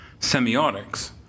semiotics